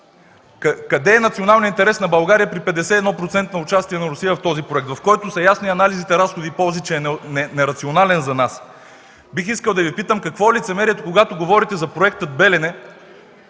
къде е националният интерес на България при 51-процентно участие на Русия в този проект, в който са ясни анализите – разходи и ползи, че е нерационален за нас? Бих искал да Ви питам: какво е лицемерието, когато говорите за Проекта „Белене”,